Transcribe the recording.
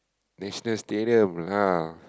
National-Stadium ah